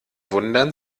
wundern